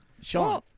Sean